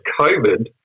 COVID